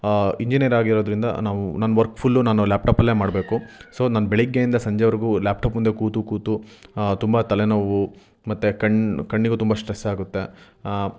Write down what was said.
engineer ಆಗಿರೋದರಿಂದ ನಾವು ನನ್ನ ವರ್ಕ್ ಫುಲ್ಲು ನಾನು ಲ್ಯಾಪ್ಟಾಪಲ್ಲೇ ಮಾಡಬೇಕು ಸೊ ನಾನು ಬೆಳಿಗ್ಗೆಯಿಂದ ಸಂಜೆವರೆಗೂ ಲ್ಯಾಪ್ಟಾಪ್ ಮುಂದೆ ಕೂತು ಕೂತು ತುಂಬ ತಲೆನೋವು ಮತ್ತು ಕಣ್ಣು ಕಣ್ಣಿಗೂ ತುಂಬ ಸ್ಟ್ರೆಸ್ ಆಗುತ್ತೆ